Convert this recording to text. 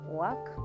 work